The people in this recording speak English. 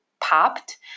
popped